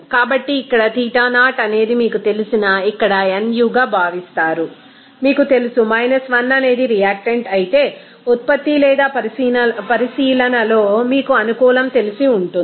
కాబట్టి ఇక్కడ ξe అనేది మీకు తెలిసిన ఇక్కడ ఈ nu గా భావిస్తారు మీకు తెలుసు 1 అనేది రియాక్టెంట్ అయితే ఉత్పత్తి లేదా పరిశీలనలో మీకు అనుకూలం తెలిసి ఉంటుంది